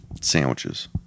sandwiches